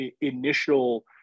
initial